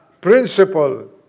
principle